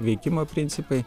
veikimo principai